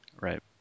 Right